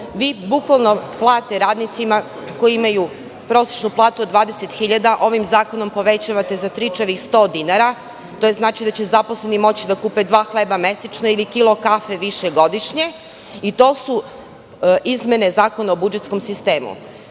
Bukvalno plate radnicima koji imaju prosečnu platu od 20.000 ovim zakonom povećavate za tričavih 100 dinara. To znači da će zaposleni moći da kupe dva hleba mesečno ili kilo kafe više godišnje i to su izmene Zakona o budžetskom sistemu.